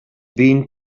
been